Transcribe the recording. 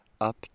up